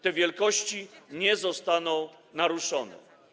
Te wielkości nie zostaną naruszone.